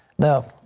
now,